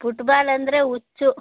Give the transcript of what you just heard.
football ಅಂದರೆ ಹುಚ್ಚು